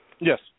Yes